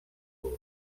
los